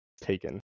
taken